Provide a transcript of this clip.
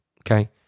Okay